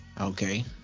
Okay